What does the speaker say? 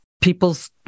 people's